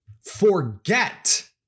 forget